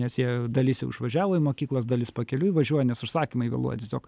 nes jie dalis jau išvažiavo į mokyklas dalis pakeliui važiuoja nes užsakymai vėluoja tiesiog